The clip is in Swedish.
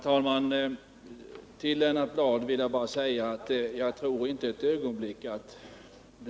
Herr talman!